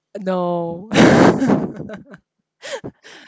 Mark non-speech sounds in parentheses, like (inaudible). no (laughs)